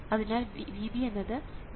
അതിനാൽ VB എന്നത് VTEST3 ആയിരിക്കും